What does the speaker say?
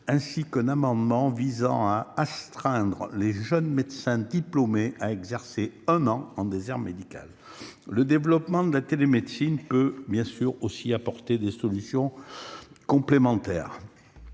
ainsi qu'un amendement visant à astreindre les jeunes médecins diplômés à exercer, pendant un an, dans un désert médical. Le développement de la télémédecine peut apporter des solutions complémentaires.